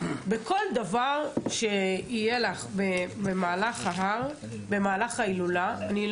צריך מסורת של שנים אחורה של הגעה להילולה כקבוצה בצורה מסודרת,